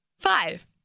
Five